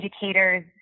educators